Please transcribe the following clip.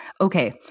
Okay